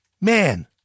man